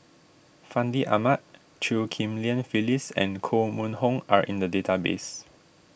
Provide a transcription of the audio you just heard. Fandi Ahmad Chew Ghim Lian Phyllis and Koh Mun Hong are in the database